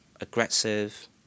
aggressive